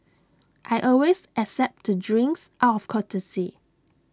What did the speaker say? I always accept to drinks out of courtesy